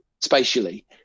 spatially